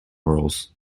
rules